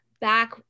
back